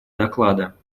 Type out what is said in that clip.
доклада